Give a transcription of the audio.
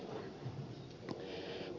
puhemies